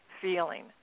feeling